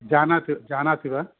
जानाति जानाति वा